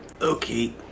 Okay